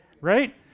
right